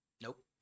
Nope